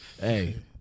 Hey